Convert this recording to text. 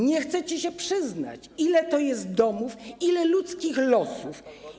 Nie chcecie się przyznać, ile to jest domów, ile ludzkich losów.